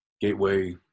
Gateway